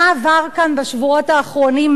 מה עבר כאן בשבועות האחרונים,